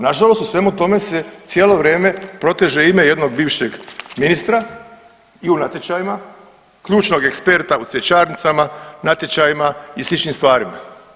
Nažalost u svemu tome se cijelo vrijeme proteže ime jednog bivšeg ministra i u natječajima, ključnog eksperta u cvjećarnicama, natječajima i sličnim stvarima.